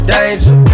Danger